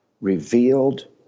revealed